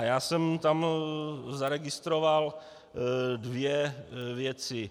Já jsem tam zaregistroval dvě věci.